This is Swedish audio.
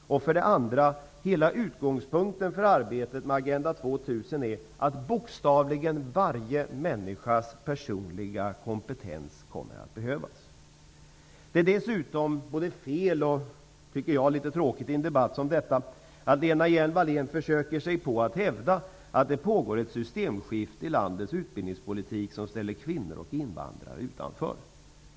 Och för det andra: Hela utgångspunkten för arbetet med Agenda 2000 är att bokstavligen varje människas personliga kompetens kommer att behövas. Det är dessutom både fel och, tycker jag, litet tråkigt i en debatt som denna att Lena Hjelm Wallén försöker sig på att hävda att det pågår ett systemskifte i landets utbildningspolitik som ställer kvinnor och invandrare utanför.